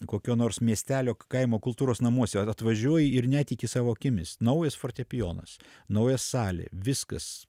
kokio nors miestelio kaimo kultūros namuose atvažiuoji ir netiki savo akimis naujas fortepijonas nauja salė viskas